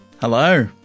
Hello